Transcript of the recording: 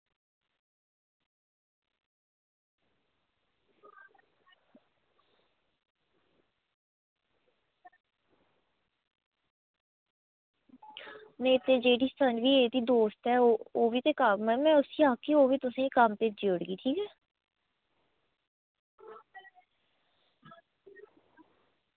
में ते जेह्ड़ी सन्वी ऐ एह्दी दोस्त ओह्बी ते कम्म ऐ ना उसी आक्खेओ ते कम्म भेजी ओड़गी